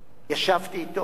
והוא סמך את ידו עליה.